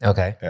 Okay